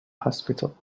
hospital